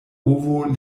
ovo